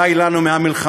די לנו ממלחמות,